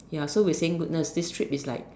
ya so we were saying goodness this trip is like